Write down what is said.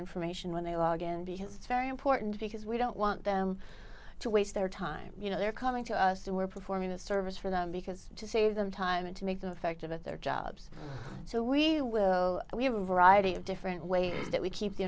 information when they logon because it's very important because we don't want them to waste their time you know they're coming to us who are performing a service for them because to save them time and to make the effective at their jobs so we will we have a variety of different ways that we keep the